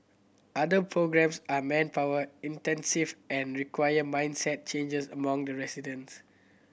other programmes are manpower intensive and require mindset changes among the residents